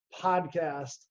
Podcast